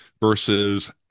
versus